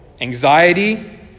Anxiety